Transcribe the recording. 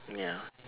ya